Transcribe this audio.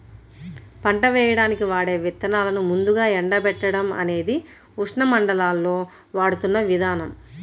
పంట వేయడానికి వాడే విత్తనాలను ముందుగా ఎండబెట్టడం అనేది ఉష్ణమండలాల్లో వాడుతున్న విధానం